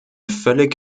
völlig